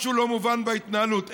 משהו לא מובן בהתנהלות.